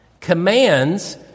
Commands